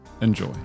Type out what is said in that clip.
Enjoy